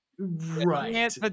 Right